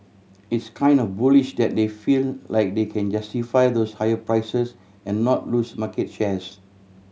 it's kind of bullish that they feel like they can justify those higher prices and not lose market shares